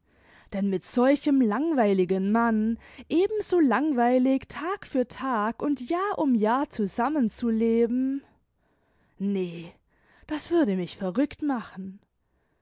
denn mit solchem langweiligen mann ebenso langweilige tag für tag und jahr um jahr zusammen zu leben nee das würde mich verrückt machen